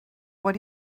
what